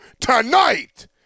tonight